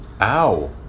Ow